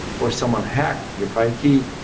or someone hacked your private key,